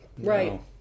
Right